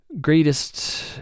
greatest